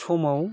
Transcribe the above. समाव